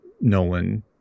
Nolan